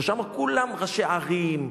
ששם כולם ראשי ערים,